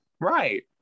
Right